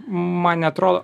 man neatrodo